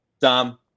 Dom